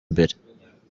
imbere